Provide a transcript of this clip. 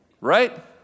Right